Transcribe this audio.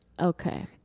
Okay